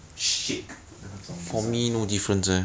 chic 的那种 design